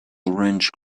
orange